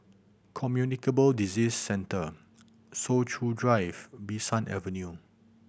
Communicable Disease Centre Soo Chow Drive Bee San Avenue